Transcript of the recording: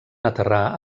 aterrar